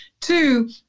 Two